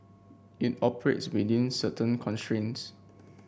it operates within certain constraints